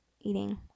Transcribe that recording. eating